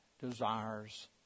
desires